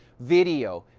video,